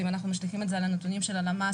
ואם אנחנו משליכים את זה לנתונים של הלמ"ס,